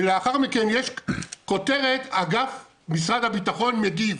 ולאחר מכן יש כותרת: משרד הביטחון מגיב.